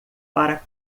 para